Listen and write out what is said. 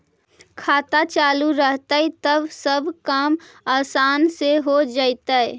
खाता चालु रहतैय तब सब काम आसान से हो जैतैय?